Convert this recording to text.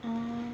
oh